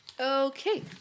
Okay